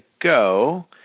go